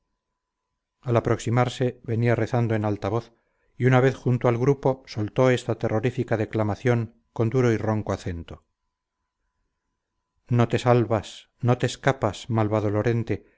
al aproximarse venía rezando en alta voz y una vez junto al grupo soltó esta terrorífica declamación con duro y ronco acento no te salvas no te escapas malvado lorente